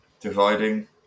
Dividing